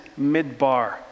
midbar